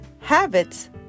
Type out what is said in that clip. Habits